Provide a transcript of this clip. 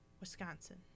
Wisconsin